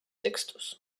textos